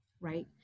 right